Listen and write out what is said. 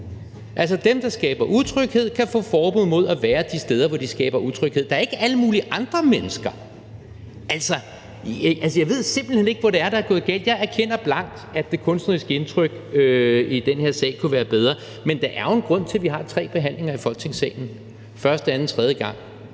dem, der skaber utryghed, kan få forbud mod at være de steder, hvor de skaber utryghed – da ikke alle mulige andre mennesker. Jeg ved simpelt hen ikke, hvor det er, det er gået galt. Jeg erkender blankt, at det kunstneriske indtryk i den her sag kunne være bedre, men der er jo en grund til, at vi har tre behandlinger i Folketingssalen – første, anden og tredje